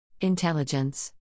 Intelligence